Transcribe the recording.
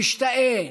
משתאה,